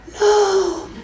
No